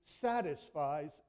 satisfies